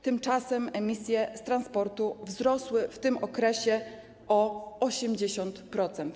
Tymczasem emisje z transportu wzrosły w tym okresie o 80%.